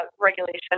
regulation